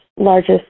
largest